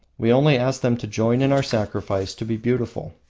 we only ask them to join in our sacrifice to the beautiful.